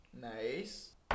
Nice